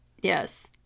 Yes